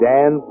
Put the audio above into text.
Dan